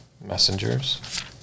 messengers